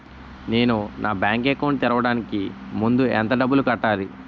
నేను నా bank account తెరవడానికి ముందు ఎంత డబ్బులు కట్టాలి?